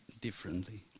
differently